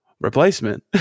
Replacement